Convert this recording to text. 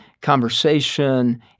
conversation